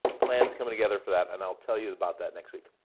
plans coming together for that and i'll tell you about that next week.